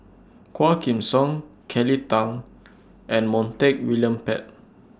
Quah Kim Song Kelly Tang and Montague William Pett